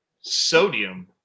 sodium